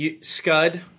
Scud